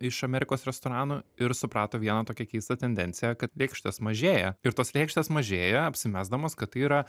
iš amerikos restoranų ir suprato vieną tokią keistą tendenciją kad lėkštės mažėja ir tos lėkštės mažėja apsimesdamos kad tai yra